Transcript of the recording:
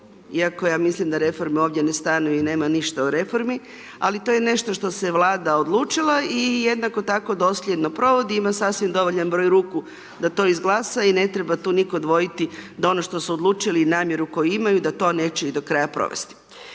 iako ja mislim da reforme ovdje ne stanu i nema ništa o reformi ali to je nešto što se Vlada odlučila i jednako tako dosljedno provodi i ima sasvim dovoljan broj ruku da to izglasa i ne treba tu nitko dvojiti da ono što su odlučili i namjeru koju imaju da to neće i do kraja provesti.